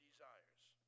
desires